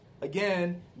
again